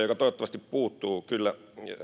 joka toivottavasti puuttuu kyllä